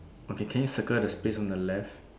okay can you circle the space on the left